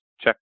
check